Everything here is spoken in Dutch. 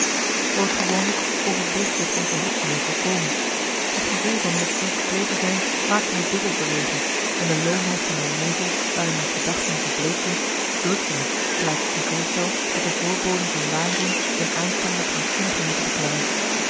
zooals gewoonlijk overblufte het onverhoedsche me volkomen het gevoel van nog ongekleed te zijn maakte me dubbel verlegen en de loomheid van mijn hersenen die ik vooral op warme regenachtige dagen gewaarwerd als een nevel waarin mijn gedachten verbleekten drukte me gelijk ik me voorstel dat de voorboden van waanzin een aanstaande krankzinnige moeten beklemmen